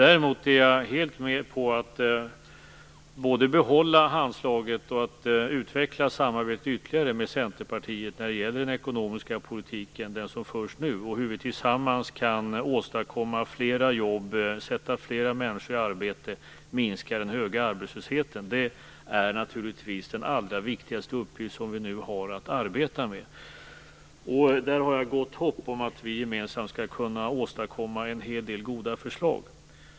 Däremot är jag helt med på att både behålla handslaget och att utveckla samarbetet ytterligare med Centerpartiet när det gäller den ekonomiska politik som förs nu och hur vi tillsammans kan åstadkomma fler jobb, sätta fler människor i arbete och minska den höga arbetslösheten. Det är naturligtvis den allra viktigaste uppgiften som vi nu har att arbeta med. Där har jag gott hopp om att vi gemensamt skall kunna åstadkomma en hel del goda förslag.